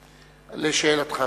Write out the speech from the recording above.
לשאלתך.